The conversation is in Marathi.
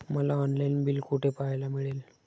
मला ऑनलाइन बिल कुठे पाहायला मिळेल?